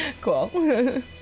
Cool